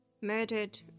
murdered